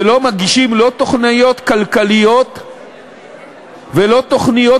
ולא מגישים לא תוכניות כלכליות ולא תוכניות